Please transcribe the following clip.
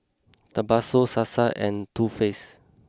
Tabasco Sasa and Too Faced